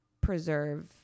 preserve